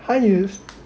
!huh! you use